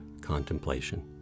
contemplation